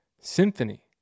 symphony